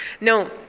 No